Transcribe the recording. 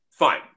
Fine